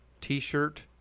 T-shirt